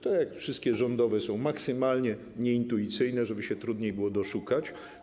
Tak jak wszystkie rządowe, są maksymalnie nieintuicyjne, żeby się trudniej było doszukać.